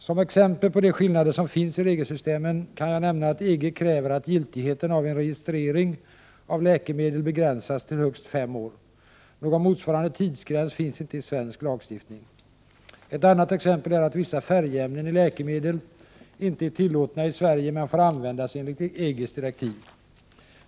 Som exempel på de skillnader som finns i regelsystemen kan jag nämna att EG kräver att giltigheten av en registrering av läkemedel begränsas till högst fem år. Någon motsvarande tidsgräns finns inte i svensk lagstiftning. Ett annat exempel är att vissa färgämnen i läkemedel inte är tillåtna i Sverige men får användas enligt EG:s direktiv.